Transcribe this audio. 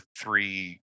three